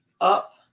up